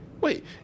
wait